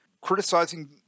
Criticizing